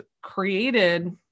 created